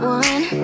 one